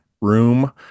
room